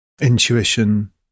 intuition